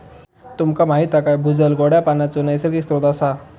तुमका माहीत हा काय भूजल गोड्या पानाचो नैसर्गिक स्त्रोत असा